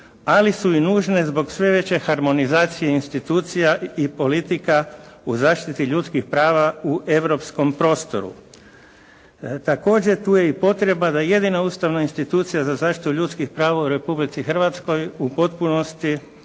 ali su i nužne zbog sve veće harmonizacije institucija i politika u zaštiti ljudskih prava u europskom prostoru. Također tu je i potreba da jedina ustavna institucija za zaštitu ljudskih prava u Republici Hrvatskoj u potpunosti